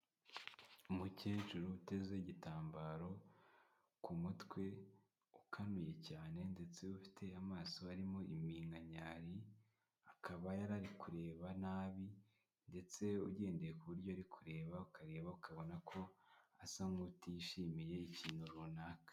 Umukecuru uteze igitambaro ku mutwe, ukanuye cyane ndetse ufite amaso harimo iminkanyari. Akaba yarari kureba nabi ndetse ugendeye kuburyo ari kureba ukareba ukabona ko asa n'utishimiye ikintu runaka.